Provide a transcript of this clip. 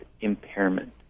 impairment